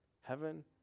heaven